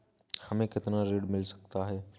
हमें कितना ऋण मिल सकता है?